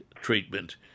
treatment